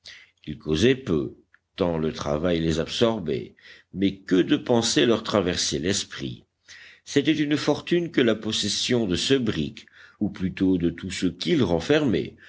ils causaient peu tant le travail les absorbait mais que de pensées leur traversaient l'esprit c'était une fortune que la possession de ce brick ou plutôt de tout ce qu'il renfermait